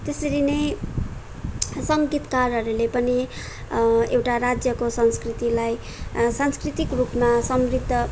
त्यसरी नै सङ्गीतकारहरूले पनि एउटा राज्यको संस्कृतिलाई सांस्कृतिक रूपमा समृद्ध